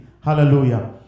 hallelujah